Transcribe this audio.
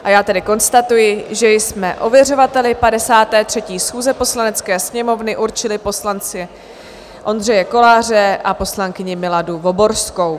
A já tedy konstatuji, že jsme ověřovateli 53. schůze Poslanecké sněmovny určili poslance Ondřeje Koláře a poslankyni Miladu Voborskou.